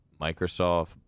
Microsoft